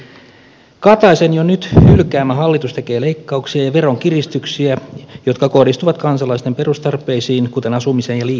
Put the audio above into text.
pääministeri kataisen jo nyt hylkäämä hallitus tekee leikkauksia ja veronkiristyksiä jotka kohdistuvat kansalaisten perustarpeisiin kuten asumiseen ja liikkumiseen